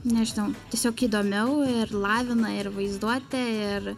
nežinau tiesiog įdomiau ir lavina ir vaizduotę ir